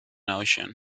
ocean